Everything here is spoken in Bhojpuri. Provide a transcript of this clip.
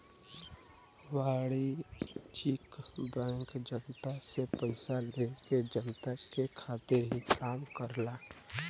वाणिज्यिक बैंक जनता से पइसा लेके जनता के खातिर ही काम करला